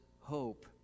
hope